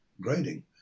grading